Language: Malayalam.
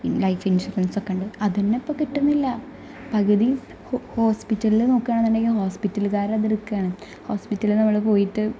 ലൈഫ് ഇൻഷുറൻസൊക്കേണ്ട് അതന്നെ ഇപ്പം കിട്ടുന്നില്ല പകുതി ഹോസ്പിറ്റലിൽ നോക്ക്കാണെന്നുണ്ടെങ്കിൽ ഹോസ്പിറ്റലുകാർ അതെടുക്ക്വാണ് ഹോസ്പിറ്റലിൽ നമ്മൾ പോയിട്ട്